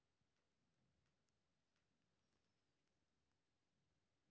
हमरा के दीपावली के लीऐ लोन मिल सके छे?